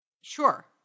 Sure